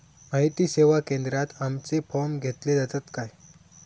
माहिती सेवा केंद्रात आमचे फॉर्म घेतले जातात काय?